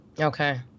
Okay